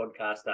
podcaster